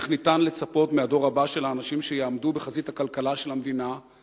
איך ניתן לצפות מהדור הבא של האנשים שיעמדו בחזית הכלכלה שיסבלו,